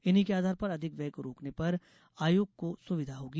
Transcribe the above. इन्हीं के आधार पर अधिक व्यय को रोकने में आयोग को सुविधा होगी